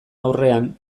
aurrean